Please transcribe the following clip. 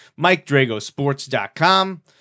MikeDragosports.com